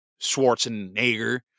Schwarzenegger